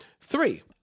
Three